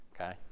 okay